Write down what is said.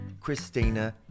Christina